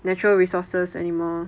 natural resources anymore